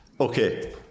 Okay